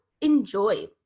enjoy